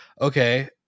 okay